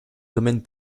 domaine